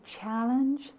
challenge